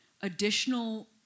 additional